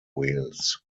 wheels